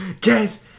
Guys